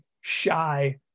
shy